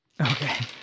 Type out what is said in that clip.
Okay